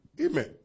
Amen